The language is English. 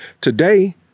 Today